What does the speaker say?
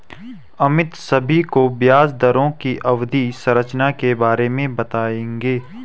अमित सभी को ब्याज दरों की अवधि संरचना के बारे में बताएंगे